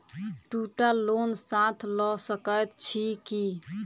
दु टा लोन साथ लऽ सकैत छी की?